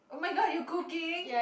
oh my god you cooking